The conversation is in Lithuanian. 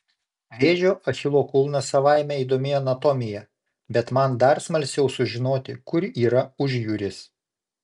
vėžio achilo kulnas savaime įdomi anatomija bet man dar smalsiau sužinoti kur yra užjūris